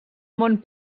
món